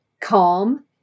calm